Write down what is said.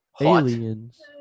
Aliens